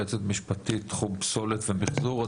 יועצת משפטית של תחום פסולת ומחזור,